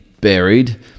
buried